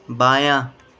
بایاں